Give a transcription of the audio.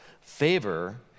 Favor